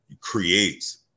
creates